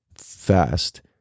fast